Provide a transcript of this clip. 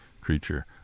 creature